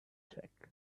check